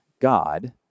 God